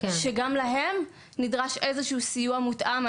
שגם להם נדרש איזשהו סיוע מותאם.